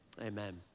Amen